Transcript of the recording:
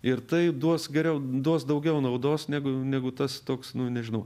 ir tai duos geriau duos daugiau naudos negu negu tas toks nu nežinau